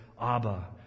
Abba